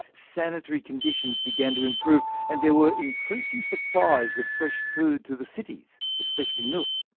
sanitary conditions began to improve, and there were increasing supplies of fresh food to the cities, especially milk.